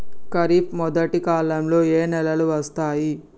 ఖరీఫ్ మొదటి కాలంలో ఏ నెలలు వస్తాయి?